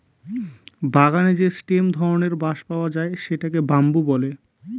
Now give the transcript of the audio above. বাগানে যে স্টেম ধরনের বাঁশ পাওয়া যায় সেটাকে বাম্বু বলে